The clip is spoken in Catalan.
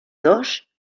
dos